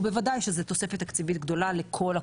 ובוודאי שזו תוספת תקציבית גדולה לכל הקופות.